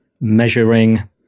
measuring